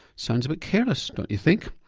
sounds a bit careless don't you think?